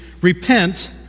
repent